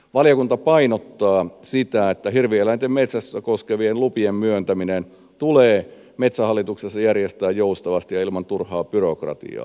valiokunta painottaa sitä että hirvieläinten metsästystä koskevien lu pien myöntäminen tulee metsähallituksessa järjestää joustavasti ja ilman turhaa byrokratiaa